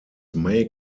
may